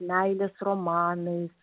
meilės romanais